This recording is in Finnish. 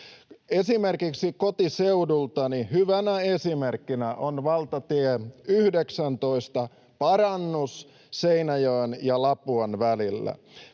osin piisaa. Kotiseudultani hyvänä esimerkkinä on valtatie 19:n parannus Seinäjoen ja Lapuan välillä.